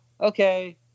okay